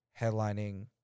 headlining